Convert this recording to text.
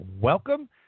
Welcome